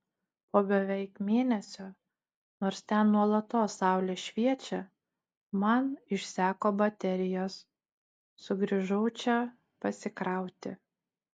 po beveik mėnesio nors ten nuolatos saulė šviečia man išseko baterijos sugrįžau čia pasikrauti